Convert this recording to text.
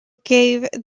gave